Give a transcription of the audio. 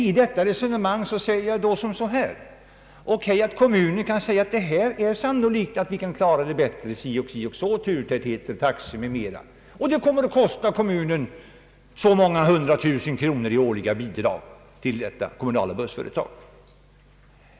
Härvidlag vill jag anföra följande: Låt vara att kommunen kan säga att det är sannolikt att den kan klara trafiken bättre vad beträffar turtäthet, taxor m.m. tack vare att kommunen skjuter till hundratusentals kronor i årliga bidrag till det komuunala bussföretaget.